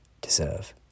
Deserve